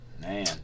Man